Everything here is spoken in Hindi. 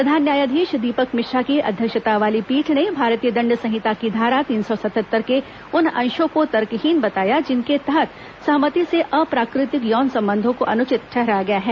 प्रधान न्यायाधीश दीपक मिश्रा की अध्यक्षता वाली पीठ ने भारतीय दंड संहिता की धारा तीन सौ सतहत्तर के उन अंशों को तर्कहीन बताया जिनके तहत सहमति से अप्राकृतिक यौन संबंधों को अनुचित ठहराया गया है